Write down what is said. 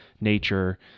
nature